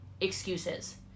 excuses